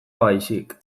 baizik